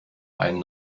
einen